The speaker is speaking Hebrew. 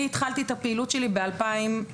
אני התחלתי את הפעילות שלי ב-2007,